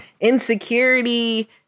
insecurity